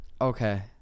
Okay